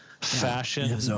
fashion